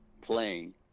playing